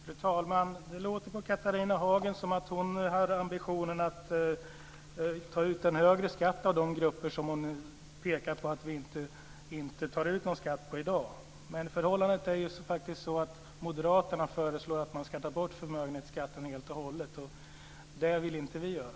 Fru talman! Det låter på Catharina Hagen som att hon har ambitionen att ta ut en högre skatt av de grupper som hon pekar på att vi inte tar ut någon skatt av i dag. Men förhållandet är faktiskt sådant att moderaterna föreslår att man ska ta bort förmögenhetsskatten helt och hållet, och det vill inte vi göra.